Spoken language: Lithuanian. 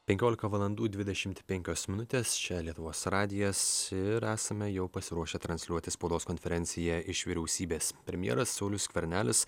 penkiolika valandų dvidešimt penkios minutes čia lietuvos radijas ir esame jau pasiruošę transliuoti spaudos konferenciją iš vyriausybės premjeras saulius skvernelis